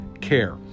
care